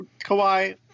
Kawhi